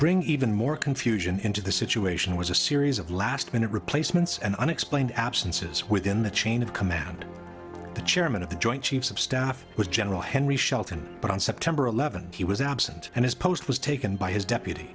bring even more confusion into the situation was a series of last minute replacements and unexplained absences within the chain of command the chairman of the joint chiefs of staff was general henry shelton but on september eleventh he was absent and his post was taken by his deputy